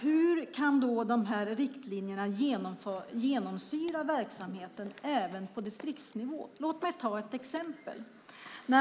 Hur kan då de här riktlinjerna genomsyra verksamheten även på distriktsnivå? Låt mig ta ett exempel.